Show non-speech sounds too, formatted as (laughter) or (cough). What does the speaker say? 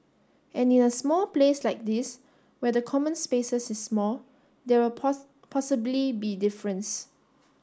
and in a small place like this where the common spaces is small there will (unintelligible) possibly be difference